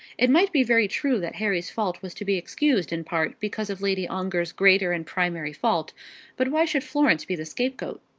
it might be very true that harry's fault was to be excused in part because of lady ongar's greater and primary fault but why should florence be the scapegoat?